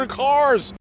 cars